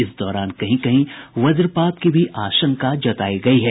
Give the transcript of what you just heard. इस दौरान कहीं कहीं वजपात की भी आशंका जतायी गयी है